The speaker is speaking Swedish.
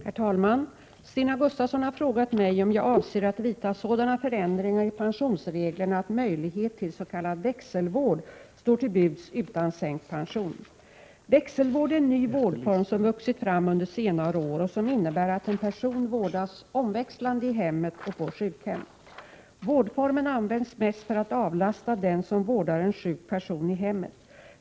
Herr talman! Stina Gustavsson har frågat mig om jag avser att vidta sådana förändringar i pensionsreglerna att möjlighet till s.k. växelvård står till buds utan sänkt pension. Växelvård är en ny vårdform som vuxit fram under senare år och som innebär att en person vårdas omväxlande i hemmet och på sjukhem. Vårdformen används mest för att avlasta den som vårdar en sjuk person i hemmet.